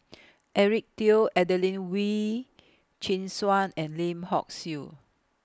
Eric Teo Adelene Wee Chin Suan and Lim Hock Siew